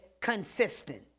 consistent